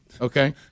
Okay